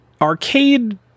arcade